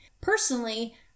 Personally